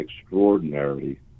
extraordinarily